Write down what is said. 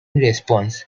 response